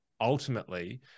ultimately